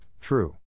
true